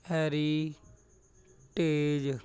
heritage